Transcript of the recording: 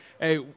Hey